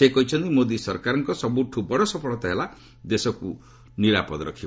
ସେ କହିଛନ୍ତି ମୋଦି ସରକାରଙ୍କ ସବୁଠୁ ବଡ଼ ସଫଳତା ହେଲା ଦେଶକୁ ନିରାପଦ ରଖିବା